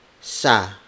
sa